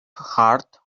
heart